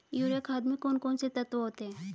Urea खाद में कौन कौन से तत्व होते हैं?